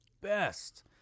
best